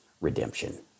redemption